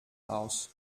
aus